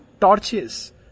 torches